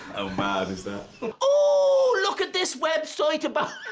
mad is that? oh, look at this website about.